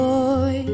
Boy